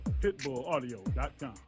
Pitbullaudio.com